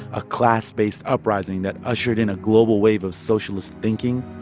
a class-based uprising that ushered in a global wave of socialist thinking,